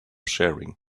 sharing